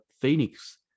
Phoenix